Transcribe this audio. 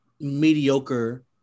mediocre